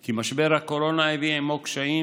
כי משבר הקורונה הביא עימו קשיים